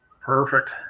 Perfect